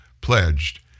pledged